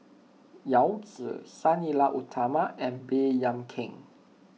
Yao Zi Sang Nila Utama and Baey Yam Keng